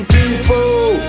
People